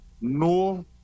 no